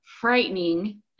frightening